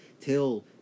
till